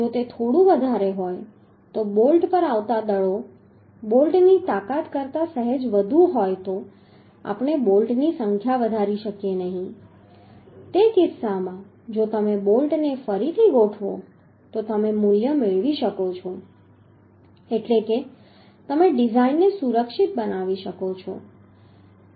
જો તે થોડું વધારે હોય તો જો બોલ્ટ પર આવતા દળો બોલ્ટની તાકાત કરતા સહેજ વધુ હોય તો આપણે બોલ્ટની સંખ્યા વધારી શકીએ નહીં તે કિસ્સામાં જો તમે બોલ્ટને ફરીથી ગોઠવો તો તમે મૂલ્ય મેળવી શકો છો એટલે કે તમે ડિઝાઇનને સુરક્ષિત બનાવી શકો છો